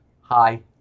hi